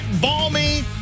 balmy